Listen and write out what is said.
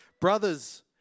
Brothers